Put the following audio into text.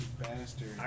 bastard